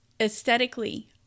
aesthetically